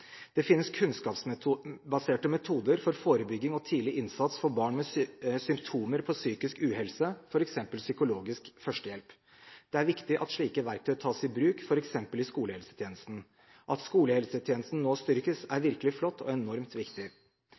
Det finnes kunnskapsbaserte metoder for forebygging og tidlig innsats for barn med symptomer på psykisk uhelse, f.eks. Psykologisk Førstehjelp. Det er viktig at slike verktøy tas i bruk, f.eks. i skolehelsetjenesten. At skolehelsetjenesten nå styrkes, er virkelig flott, og enormt viktig.